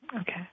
Okay